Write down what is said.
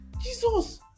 Jesus